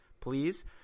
Please